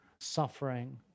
suffering